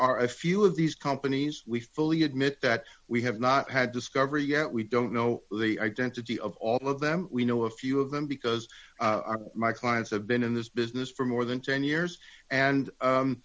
are a few of these companies we fully admit that we have not had discovery yet we don't know the identity of all of them we know a few of them because my clients have been in this business for more than ten years and